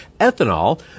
ethanol